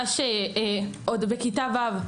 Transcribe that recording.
עוד בכיתה ו',